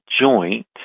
joint